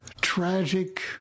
tragic